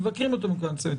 מבקרים אותו בנקודה מסוימת.